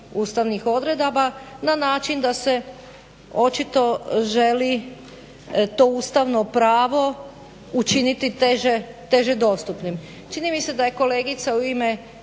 ustavnih odredaba na način da se očito želi to ustavno pravo učiniti teže dostupnim. Čini mi se da je kolegica u ime